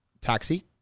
taxi